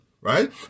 right